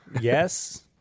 yes